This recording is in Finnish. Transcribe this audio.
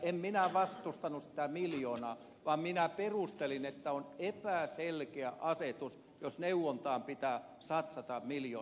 en minä vastustanut sitä miljoonaa vaan minä perustelin että on epäselkeä asetus jos neuvontaan pitää satsata miljoona euroa